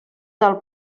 del